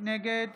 נגד